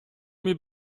mir